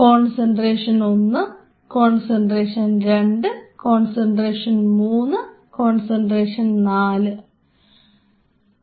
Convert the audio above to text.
concentration 1 concentration 2 concentration 3 concentration four